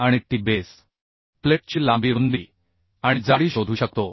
आणि T base प्लेटची लांबी रुंदी आणि जाडी शोधू शकतो